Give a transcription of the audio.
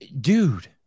dude